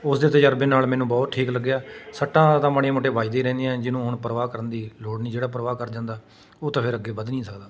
ਉਸ ਦੇ ਤਜਰਬੇ ਨਾਲ ਮੈਨੂੰ ਬਹੁਤ ਠੀਕ ਲੱਗਿਆ ਸੱਟਾਂ ਤਾਂ ਮਾੜੀਆਂ ਮੋਟੀਆਂ ਵੱਜਦੀ ਰਹਿੰਦੀਆਂ ਜਿਹਨੂੰ ਹੁਣ ਪਰਵਾਹ ਕਰਨ ਦੀ ਲੋੜ ਨਹੀਂ ਜਿਹੜਾ ਪਰਵਾਹ ਕਰ ਜਾਂਦਾ ਉਹ ਤਾਂ ਫਿਰ ਅੱਗੇ ਵੱਧ ਨਹੀਂ ਸਕਦਾ